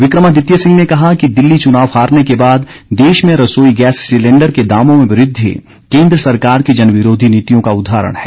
विक्रमादित्य सिंह ने कहा कि दिल्ली चुनाव हारने के बाद देश में रसोई गैस सिलेंडर के दामों में वृद्धि केन्द्र सरकार की जनविरोधी नीतियों का उदाहरण है